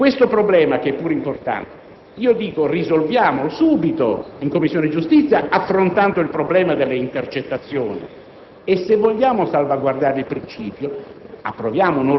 questo problema, che pure è importante, risolviamolo subito in Commissione giustizia, affrontando il problema delle intercettazioni e, se vogliamo salvaguardare il principio,